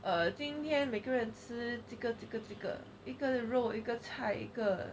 err 今天每个人吃这个这个这个一个肉一个菜一个